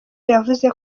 yavuze